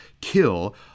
kill